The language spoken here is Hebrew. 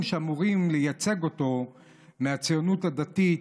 שאמורים לייצג אותו מהציונות הדתית,